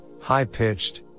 high-pitched